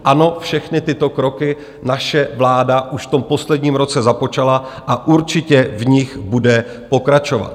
Ano, všechny tyto kroky naše vláda už v tom posledním roce započala a určitě v nich bude pokračovat.